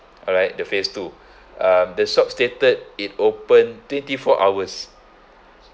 alright the phase two uh the shop stated it open twenty four hours